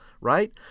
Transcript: right